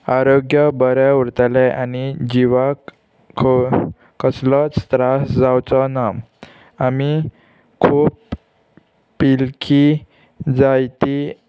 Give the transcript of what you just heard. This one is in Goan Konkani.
आरोग्य बरें उरतलें आनी जिवाक खो कसलोच त्रास जावचो ना आमी खूब पिलकी जायती